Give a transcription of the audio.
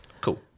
Cool